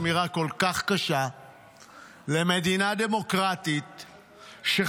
אמירה כל כך קשה למדינה דמוקרטית שחלילה,